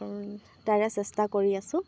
তাৰে চেষ্টা কৰি আছো